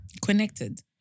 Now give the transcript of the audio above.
Connected